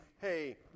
hey